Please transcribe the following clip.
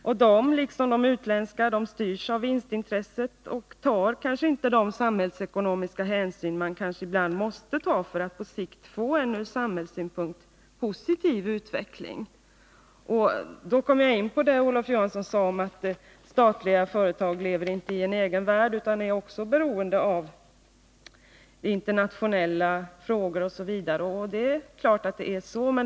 De styrs, på samma sätt som de utländska, av vinstintresset och tar kanske inte de samhällsekonomiska hänsyn som man ibland måste ta för att på sikt få en ur samhällssynpunkt positiv utveckling. Då kommer jag in på det Olof Johansson sade om att statliga företag inte lever i en egen värld utan också är beroende av internationella förhållanden. Självfallet är det så.